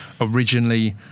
originally